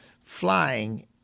flying